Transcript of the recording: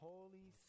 Holy